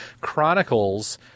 chronicles